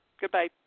Goodbye